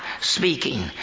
speaking